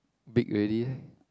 big already